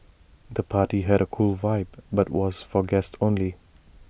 the party had A cool vibe but was for guests only